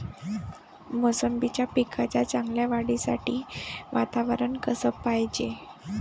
मोसंबीच्या पिकाच्या चांगल्या वाढीसाठी वातावरन कस पायजे?